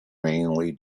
mainly